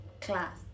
class